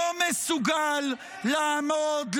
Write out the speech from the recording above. לא מסוגל לעמוד,